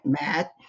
Matt